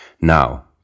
Now